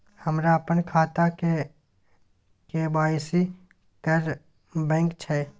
हमरा अपन खाता के के.वाई.सी करबैक छै